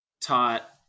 taught